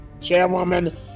Chairwoman